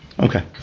Okay